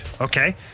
Okay